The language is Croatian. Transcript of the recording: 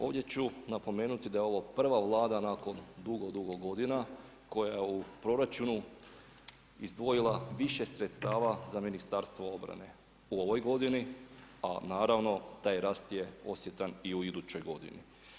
Ovdje ću napomenuti da je ovo prva Vlada nakon dugo, dugo godina koja je u proračunu izdvojila više sredstava za Ministarstvo brane u ovoj godini a naravno taj rast je osjetan i u idućoj godini.